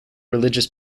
religious